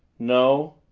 no,